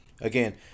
again